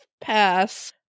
pass